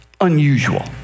unusual